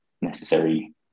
necessary